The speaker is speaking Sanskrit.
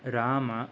रामः